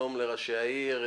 שלום לראשי העיר,